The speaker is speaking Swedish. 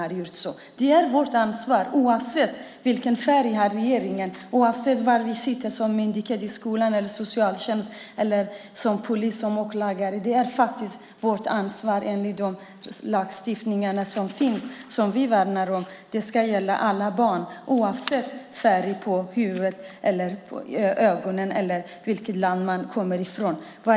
Det här är vårt ansvar, oavsett vilken färg regeringen har och oavsett myndighet, skola, socialtjänst, polis eller åklagare, enligt den lagstiftning som finns och som vi värnar om. Lagstiftningen ska gälla alla barn, oavsett hudfärg, ögonfärg eller vilket land man kommer ifrån.